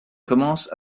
commence